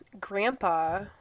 grandpa